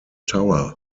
tower